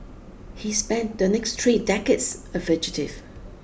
he spent the next three decades a fugitive